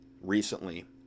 recently